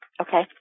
Okay